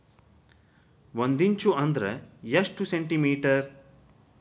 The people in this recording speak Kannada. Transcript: ಒಂದಿಂಚು ಅಂದ್ರ ಎಷ್ಟು ಸೆಂಟಿಮೇಟರ್?